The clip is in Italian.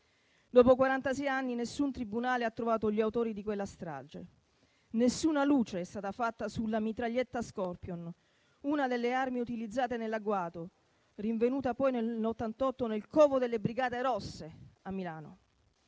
anni nessun tribunale ha trovato gli autori di quella strage, nessuna luce è stata fatta sulla mitraglietta Skorpion, una delle armi utilizzate nell'agguato, rinvenuta poi nel 1988 nel covo delle Brigate Rosse a Milano.